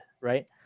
right